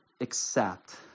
accept